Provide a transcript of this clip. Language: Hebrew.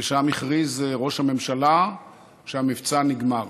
ושם הכריז ראש הממשלה שהמבצע נגמר,